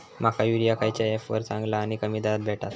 माका युरिया खयच्या ऍपवर चांगला आणि कमी दरात भेटात?